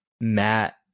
Matt